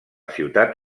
ciutat